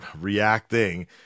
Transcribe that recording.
reacting